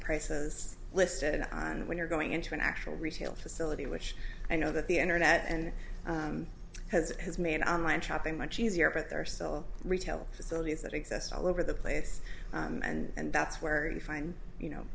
prices listed on when you're going into an actual retail facility which i know that the internet and has has made online shopping much easier but there are still retail facilities that exist all over the place and that's where you find you know